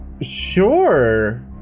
Sure